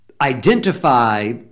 identify